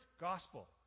gospel